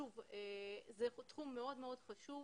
שוב, זהו תחום מאוד חשוב.